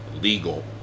Legal